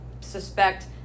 suspect